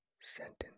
sentence